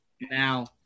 Now